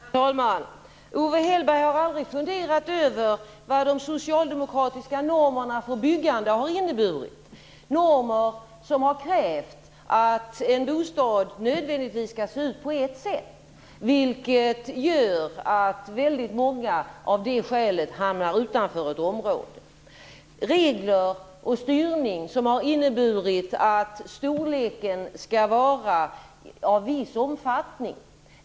Herr talman! Har Owe Hellberg aldrig funderat över vad de socialdemokratiska normerna för byggande har inneburit? Enligt de normerna har det krävts att en bostad nödvändigtvis skall se ut på ett visst sätt, vilket gör att väldigt många av det skälet hamnar utanför ett område. Regler och styrning har inneburit att storleken skall vara av viss omfattning.